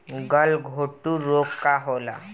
गलघोटू रोग का होला?